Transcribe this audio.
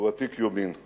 והוא עתיק יומין.